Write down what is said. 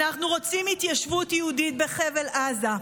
אנחנו רוצים התיישבות יהודית בחבל עזה,